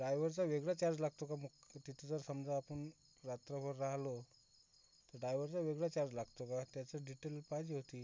ड्रायवरचा वेगळा चार्ज लागतो का मग तिथे जर समजा आपण रात्रभर राहिलो तर ड्रायवरचा वेगळा चार्ज लागतो का त्याचं डिटेल पाहिजे होती